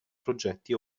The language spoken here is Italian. progetti